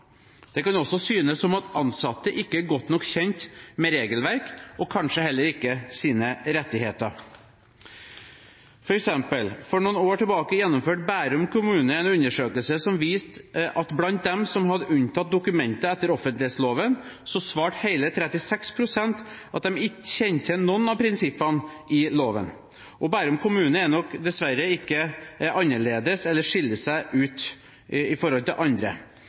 Det kan også synes som at ansatte ikke er godt nok kjent med regelverk, og kanskje heller ikke sine rettigheter. For eksempel gjennomførte Bærum kommune for noen år tilbake en undersøkelse som viste at blant dem som hadde unntatt dokumenter etter offentlighetsloven, svarte hele 36 pst. at de ikke kjente til noen av prinsippene i loven. Bærum kommune skiller seg nok dessverre ikke ut. Norsk Presseforbunds offentlighetsutvalg lagde i 2011 en åpenhetsindekskåring for alle kommuner i Norge. Den viser til